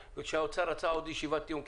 האוצר רצה עוד ישיבת תיאום,